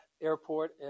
airport